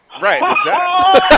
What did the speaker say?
Right